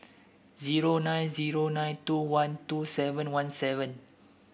zero nine zero nine two one two seven one seven